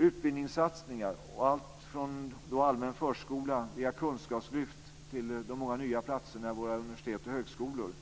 Utbildningssatsningar alltifrån allmän förskola via kunskapslyft till de många nya platserna i våra universitet och högskolor